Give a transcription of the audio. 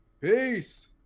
Peace